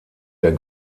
der